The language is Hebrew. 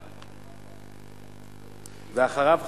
ואחריו,